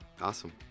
Awesome